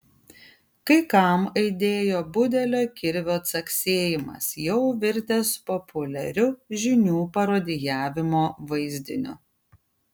kai kam aidėjo budelio kirvio caksėjimas jau virtęs populiariu žinių parodijavimo vaizdiniu